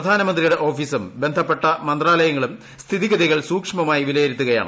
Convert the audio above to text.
പ്രധാനമന്ത്രിയുടെ ഓഫീസും ബന്ധപ്പെട്ട മന്ത്രാലയങ്ങളും സ്ഥിതിഗതികൾ സൂക്ഷമമായി വിലയിരുത്തുകയാണ്